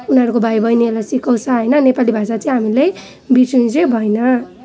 उनीहरूको भाइ बहिनीहरूलाई सिकाउँछ होइन नेपाली भाषा चाहिँ हामीलाई बिर्सनु चाहिँ भएन